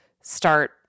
start